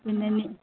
പിന്നെ ഇനി